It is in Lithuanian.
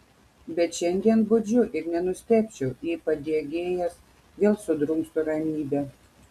bet šiandien budžiu ir nenustebčiau jei padegėjas vėl sudrumstų ramybę